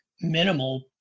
minimal